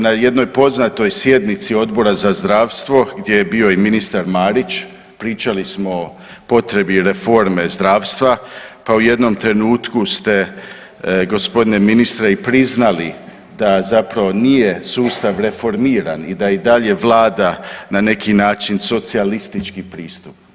Na jednoj poznatoj sjednici Odbora za zdravstvo gdje je bio i ministar Marić pričali smo o potrebi reforme zdravstva, pa u jednom trenutku ste g. ministre i priznali da zapravo nije sustav reformiran i da i dalje vlada na neki način socijalistički pristup.